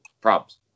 problems